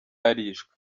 yarishwe